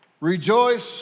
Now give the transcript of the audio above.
Rejoice